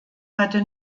hatte